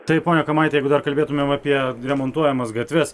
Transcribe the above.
taip pone kamaiti jeigu dar kalbėtumėm apie remontuojamas gatves